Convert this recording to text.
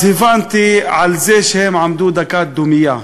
אז הבנתי, על זה שהם עמדו דקת דומייה.